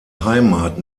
heimat